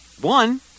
One